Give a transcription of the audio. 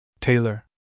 Taylor